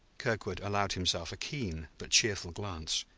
kirkwood allowed himself a keen but cheerful glance.